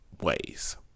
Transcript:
ways